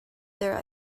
their